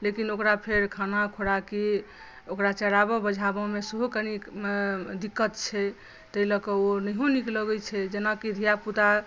लेकिन ओकरा फेर खाना खोराकी ओकरा चरावऽ बझावऽमे सेहो कनि दिक्कत छै ताहि लऽ कऽ ओ नहियो नीक लगै छै जेनाकि धिया पुता